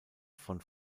von